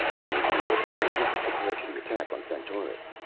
now we can notify the fleet to prepare for the attack on centaurus.